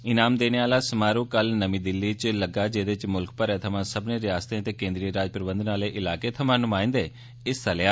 ईनाम देने आह्ला समारोह कल नमीं दिल्ली च लग्गा जेह्दे च मुल्ख भरै थमां सब्मने रिआसतें ते कोन्द्री राज प्रबंधन आह्ले इलाकें थमां नुमाइंदें हिस्सा लेया